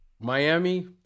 Miami